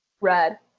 Red